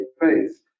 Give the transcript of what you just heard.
face